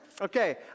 Okay